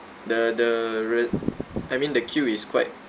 the the r~ I mean the queue is quite